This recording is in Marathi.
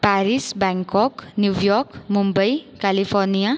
Paris Bangkok New York Mumbai California